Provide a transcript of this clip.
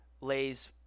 Lay's